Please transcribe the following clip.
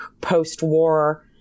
post-war